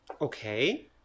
Okay